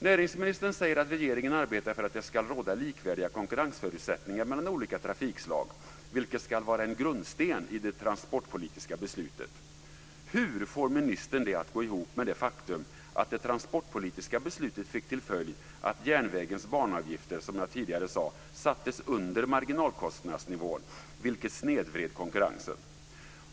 Näringsministern säger att regeringen arbetar för att det ska råda likvärdiga konkurrensförutsättningar mellan olika trafikslag, vilket ska vara en grundsten i det transportpolitiska beslutet. Hur får ministern detta att gå ihop med det faktum att det transportpolitiska beslutet fick till följd att järnvägens banavgifter - som jag sade tidigare - sattes under marginalkostnadsnivån, vilket snedvred konkurrensen?